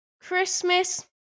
Christmas